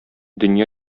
дөнья